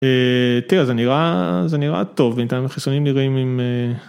תראה, זה נראה, זה נראה טוב, בינתיים החיסונים נראים...